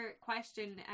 question